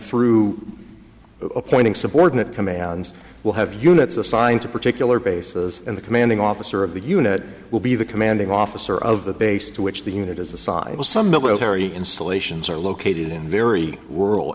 through appointing subordinate commands will have units assigned to particular bases in the commanding officer of the unit will be the commanding officer of the base to which the unit as a side will some military installations are located in very low rural